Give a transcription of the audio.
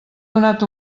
donat